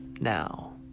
now